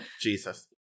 Jesus